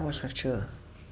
!huh! what structure